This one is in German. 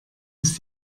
ist